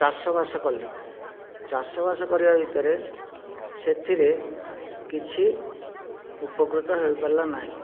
ଚାଷ ବାସ କଲି ଚାଷ ବାସ କରିବା ଭିତରେ ସେଥିରେ କିଛି ଉପକୃତ ହୋଇପାରିଲା ନାହିଁ